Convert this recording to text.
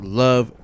love